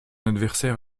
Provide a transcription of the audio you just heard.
adversaire